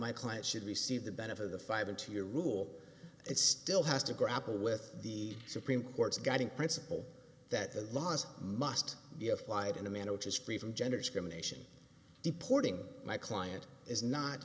my client should receive the benefit of the five into your rule it still has to grapple with the supreme court's guiding principle that the laws must be applied in a manner which is free from gender discrimination deporting my client is not